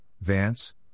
Vance